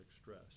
stress